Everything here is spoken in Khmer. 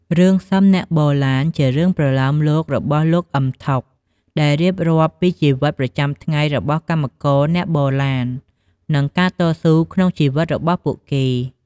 រឿងស៊ឹមអ្នកបរឡាន ជារឿងប្រលោមលោករបស់ លោក អ៊ឹម ថុក ដែលរៀបរាប់ពីជីវិតប្រចាំថ្ងៃរបស់កម្មករអ្នកបរឡាន និងការតស៊ូក្នុងជីវិតរបស់ពួកគេ។